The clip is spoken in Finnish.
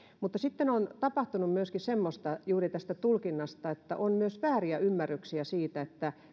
mutta on tapahtunut myöskin semmoista juuri tulkinnasta johtuen että on vääriä ymmärryksiä siitä